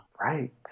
Right